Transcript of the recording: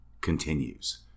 continues